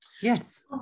Yes